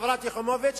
חברת הכנסת יחימוביץ,